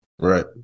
Right